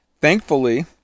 Thankfully